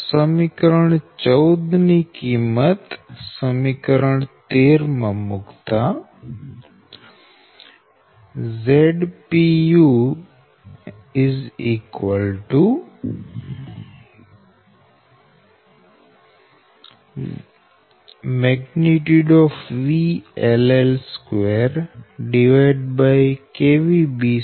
સમીકરણ 14 ની કિંમત સમીકરણ 13 માં મુકતા Zpu VL L2SLoad 3ɸ